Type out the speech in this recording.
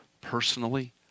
personally